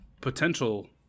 potential